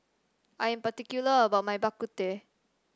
I am particular about my Bak Kut Teh